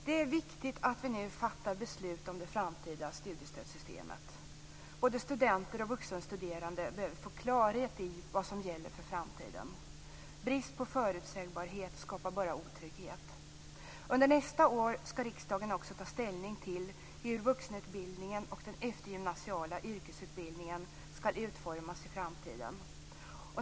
Det är viktigt att vi nu fattar beslut om det framtida studiestödssystemet. Både studenter och vuxenstuderande behöver få klarhet i vad som gäller för framtiden. Brist på förutsägbarhet skapar bara otrygghet. Under nästa år ska riksdagen också ta ställning till hur vuxenutbildningen och den eftergymnasiala yrkesutbildningen ska utformas i framtiden.